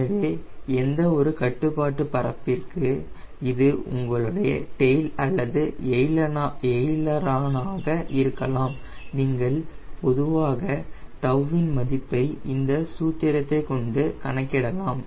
எனவே எந்த ஒரு கட்டுப்பாட்டு பரப்பிற்கு இது உங்களுடைய டெயில் அல்லது எய்லரானாக இருக்கலாம் நீங்கள் பொதுவாக 𝜏 இன் மதிப்பை இந்த சூத்திரத்தை கொண்டு கணக்கிடலாம்